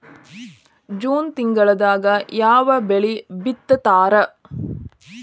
June ತಿಂಗಳದಾಗ ಯಾವ ಬೆಳಿ ಬಿತ್ತತಾರ?